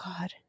God